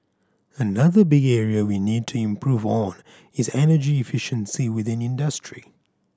another big area we need to improve on is energy efficiency within industry